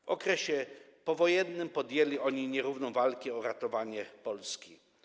W okresie powojennym podjęli oni nierówną walkę o ratowanie Polski.